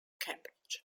cambridge